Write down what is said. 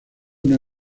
una